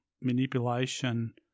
manipulation